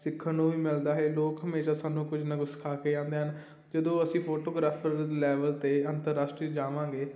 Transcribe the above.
ਸਿੱਖਣ ਨੂੰ ਵੀ ਮਿਲਦਾ ਹੈ ਲੋਕ ਹਮੇਸ਼ਾ ਸਾਨੂੰ ਕੁਝ ਨਾ ਕੁਝ ਸਿਖਾ ਕੇ ਜਾਂਦੇ ਹਨ ਜਦੋਂ ਅਸੀਂ ਫੋਟੋਗ੍ਰਾਫਰ ਲੈਵਲ 'ਤੇ ਅੰਤਰਰਾਸ਼ਟਰੀ ਜਾਵਾਂਗੇ